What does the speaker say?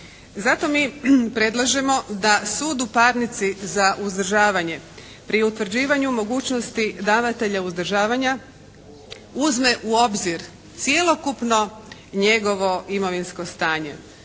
Zato mi predlažemo da sud u parnici za uzdržavanje pri utvrđivanju mogućnosti davatelja uzdržavanja uzme u obzir cjelokupno njegovo imovinsko stanje